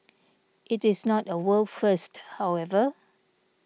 it is not a world first however